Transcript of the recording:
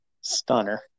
Stunner